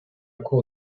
court